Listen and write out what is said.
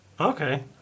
Okay